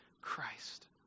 Christ